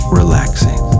relaxing